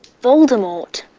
voldemort?